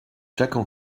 jacques